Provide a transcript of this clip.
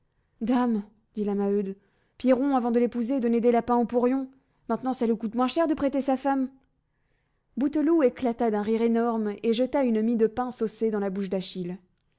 la maheude pierron avant de l'épouser donnait des lapins au porion maintenant ça lui coûte moins cher de prêter sa femme bouteloup éclata d'un rire énorme et jeta une mie de pain saucée dans la bouche d'achille